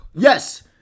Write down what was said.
Yes